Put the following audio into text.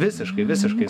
visiškai visiškai